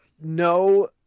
no